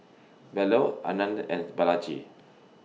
Bellur Anand and Balaji